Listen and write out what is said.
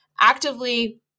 actively-